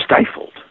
stifled